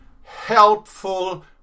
helpful